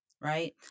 right